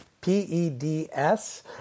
P-E-D-S